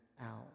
out